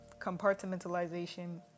compartmentalization